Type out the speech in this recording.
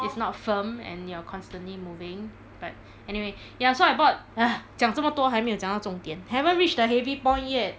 it's not firm and you're constantly moving but anyway ya so I bought ugh 讲这么多还没有讲到重点 haven't reach the heavy point yet